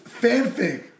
Fanfic